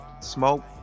smoke